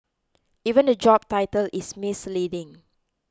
even the job title is misleading